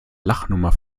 lachnummer